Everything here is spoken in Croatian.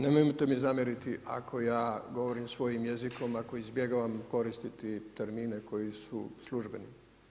Nemojte mi zamjeriti ako ja govorim svojim jezikom ako izbjegavam koristiti termine koji su službeni.